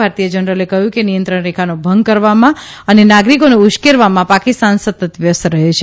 ભારતીય જનરલે કહ્યું કે નિયંત્રણ રેખાનો ભંગ કરવામા અને નાગરિકોને ઉશ્કેરવામાં પાકિસ્તાન સતત વ્યસ્ત રહે છે